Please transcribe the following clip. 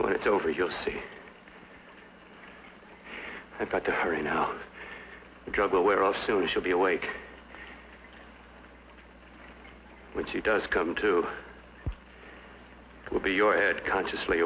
when it's over you'll see i've got to hurry now drug aware also should be awake when she does come to be your head consciously